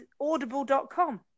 audible.com